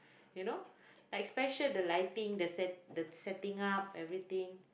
you know like special the lighting the set~ the setting up everything